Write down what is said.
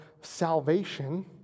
salvation